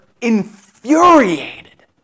infuriated